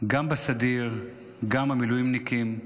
גם בסדיר, גם המילואימניקים.